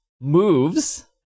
moves